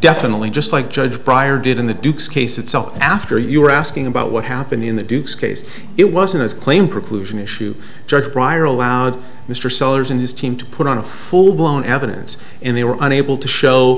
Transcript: definitely just like judge pryor did in the dukes case itself after you were asking about what happened in the duke's case it wasn't a claim preclusion issue judge bryer allowed mr sellers and his team to put on a full blown evidence and they were unable to show